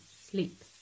sleep